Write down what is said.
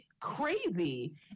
crazy